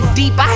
deep